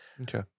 Okay